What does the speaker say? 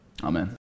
Amen